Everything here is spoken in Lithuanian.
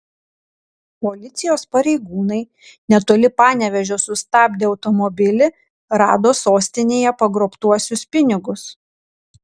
policijos pareigūnai netoli panevėžio sustabdę automobilį rado sostinėje pagrobtuosius pinigus